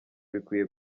bikwiye